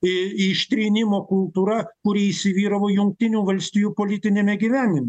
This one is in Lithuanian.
į ištrynimo kultūra kuri įsivyravo jungtinių valstijų politiniame gyvenime